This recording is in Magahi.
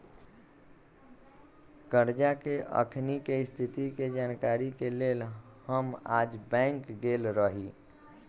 करजा के अखनीके स्थिति के जानकारी के लेल हम आइ बैंक गेल रहि